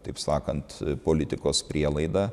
taip sakant politikos prielaida